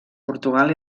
portugal